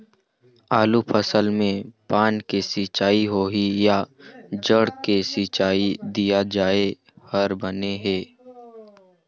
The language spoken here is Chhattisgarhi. आलू फसल मे पान से सिचाई होही या जड़ से सिचाई दिया जाय हर बने हे?